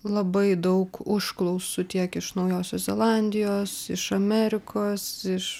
labai daug užklausų tiek iš naujosios zelandijos iš amerikos iš